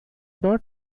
not